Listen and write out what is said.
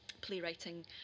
playwriting